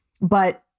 But-